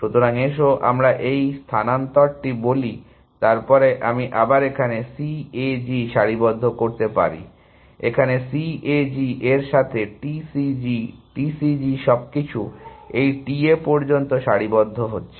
সুতরাং এসো আমরা এই স্থানান্তরটি বলি যে তারপরে আমি আবার এখানে C A G সারিবদ্ধ করতে পারি এখানে C A G এর সাথে T C G T C G সবকিছু এই T A পর্যন্ত সারিবদ্ধ হচ্ছে